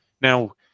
Now